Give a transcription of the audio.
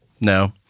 No